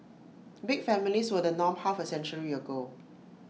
big families were the norm half A century ago